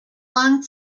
long